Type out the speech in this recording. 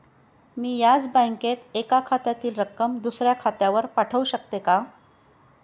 मी याच बँकेत एका खात्यातील रक्कम दुसऱ्या खात्यावर पाठवू शकते का?